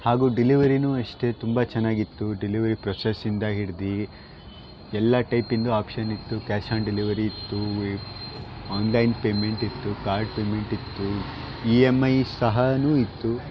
ಹಾಗೂ ಡೆಲಿವರಿನೂ ಅಷ್ಟೇ ತುಂಬಾ ಚೆನ್ನಾಗಿತ್ತು ಡೆಲಿವರಿ ಪ್ರೋಸೆಸ್ ಇಂದ ಹಿಡಿದು ಎಲ್ಲಾ ಟೈಪಿಂದು ಆಪ್ಷನ್ ಇತ್ತು ಕ್ಯಾಶ್ ಆ್ಯಂಡ್ ಡೆಲಿವರಿ ಇತ್ತು ಆನ್ಲೈನ್ ಪೇಮೆಂಟ್ ಇತ್ತು ಕಾರ್ಡ್ ಪೇಮೆಂಟ್ ಇತ್ತು ಇ ಎಂ ಐ ಸಹ ಇತ್ತು